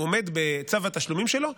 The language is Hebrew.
הוא עומד בצו התשלומים שלו,